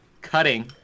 cutting